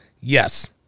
Yes